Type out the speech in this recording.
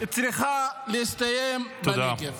-- צריכה להסתיים בנגב.